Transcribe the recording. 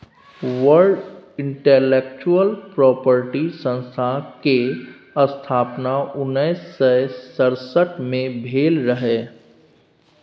world intellectual property संस्था केर स्थापना उन्नैस सय सड़सठ मे भेल रहय